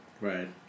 Right